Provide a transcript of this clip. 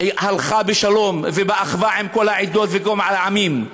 הלכה בשלום ובאחווה עם כל העדות וכל העמים.